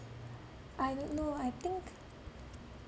I don't know I think